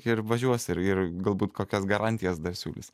ir važiuos ir ir galbūt kokias garantijas dar siūlys